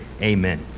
Amen